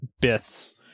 bits